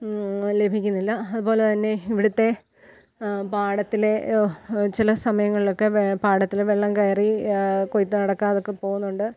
ലഭിക്കുന്നില്ല അതുപോലെതന്നെ ഇവിടുത്തെ പാടത്തിലെ ചില സമയങ്ങളിലൊക്കെ പാടത്തിൽ വെള്ളം കയറി കൊയ്ത്തു നടക്കാതൊക്കെ പോകുന്നുണ്ട്